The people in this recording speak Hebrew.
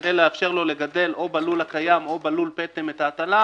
כדי לאפשר לו לגדל או בלול הקיים או בלול פטם את ההטלה.